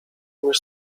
już